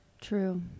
true